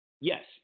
Yes